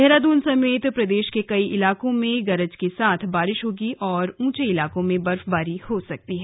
देहरादून समेत प्रदेश के कई इलाकों में गरज के साथ बारिश होगी और ऊंचे इलाकों में बर्फबारी हो सकती है